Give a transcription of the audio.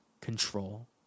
control